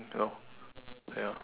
you know ya